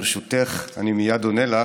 ברשותך, אני מייד עונה לך,